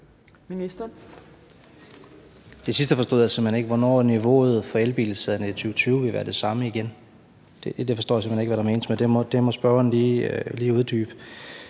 hen ikke, altså det med, hvornår niveauet for elbilsalget i 2020 vil være det samme igen. Det forstår jeg simpelt hen ikke hvad der menes med, så det må spørgeren lige uddybe.